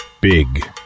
Big